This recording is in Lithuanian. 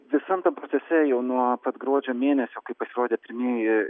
visam tam procese jau nuo pat gruodžio mėnesio kai pasirodė pirmieji